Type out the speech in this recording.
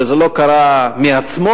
וזה לא קרה מעצמו,